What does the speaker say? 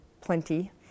plenty